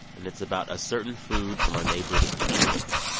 and it's about a certain food from our neighbors to the north.